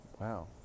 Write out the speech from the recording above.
Wow